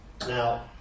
Now